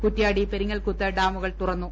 കുറ്റ്യാടി പെരിങ്ങൽക്കുത്ത് ഡാമുകൾ തുറന്നു